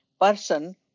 person